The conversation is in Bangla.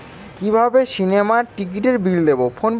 কিভাবে সিনেমার টিকিটের বিল দেবো?